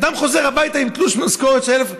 אדם חוזר הביתה עם תלוש משכורת של 1,000,